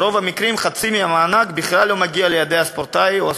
ברוב המקרים חצי מהמענק בכלל לא מגיע לידי הספורטאי או הספורטאית.